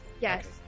yes